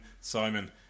simon